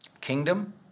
Kingdom